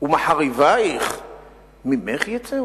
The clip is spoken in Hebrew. ומחריבייך ממך יצאו?